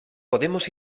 podemos